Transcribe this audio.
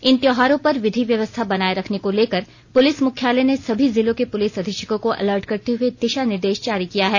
इन त्योहारों पर विधि व्यवस्था बनाये रखने को लेकर पुलिस मुख्यालय ने सभी जिलों के पुलिस अधीक्षकों को अलर्ट करते हुए दिशा निर्देश जारी किया है